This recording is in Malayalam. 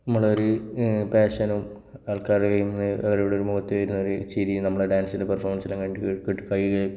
നമ്മളെ ഒരു പാഷനും ആൾക്കാർ കയ്യിൽ നിന്ന് അവരുടെ മുഖത്ത് നിന്ന് വരുന്നൊരു ചിരിയും നമ്മുടെ ഡാൻസും പെർഫോമൻസിലും കണ്ടിട്ട്